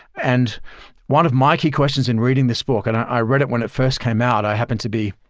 and one of my key questions in reading this book, and i read it when it first came out. i happened to be